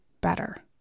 better